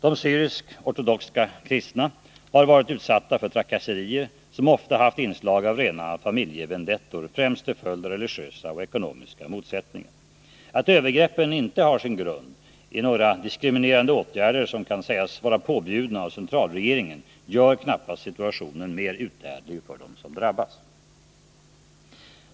De syrisk-ortodoxa kristna har varit utsatta för trakasserier, som ofta haft inslag av rena familjevendettor, främst till följd av religiösa och ekonomiska motsättningar. Att övergreppen inte har sin grund i några diskriminerande åtgärder som kan sägas vara påbjudna av centralregeringen gör knappast situationen mer uthärdlig för dem som drabbats.